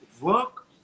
work